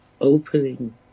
opening